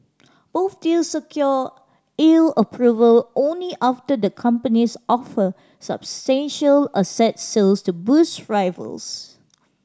both deals secured E U approval only after the companies offered substantial asset sales to boost rivals